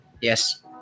yes